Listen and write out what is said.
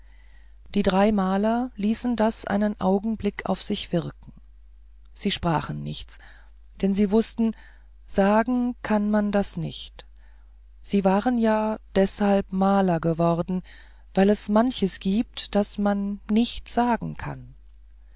die drei maler ließen das einen augenblick auf sich wirken sie sprachen nichts denn sie wußten sagen kann man das nicht sie waren ja deshalb maler geworden weil es manches giebt was man nicht sagen kann